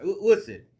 Listen